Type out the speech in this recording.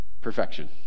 perfection